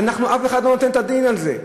ואף אחד לא נותן את הדין על זה.